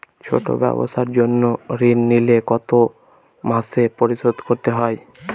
ছোট ব্যবসার জন্য ঋণ নিলে কত মাসে পরিশোধ করতে হয়?